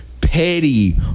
petty